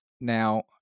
now